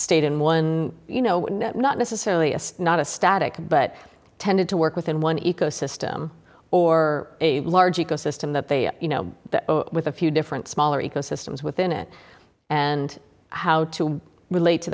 stayed in one you know not necessarily a not a static but tended to work within one ecosystem or a large ecosystem that they you know with a few different smaller ecosystems within it and how to relate to